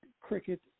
cricket